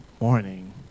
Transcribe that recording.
morning